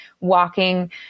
walking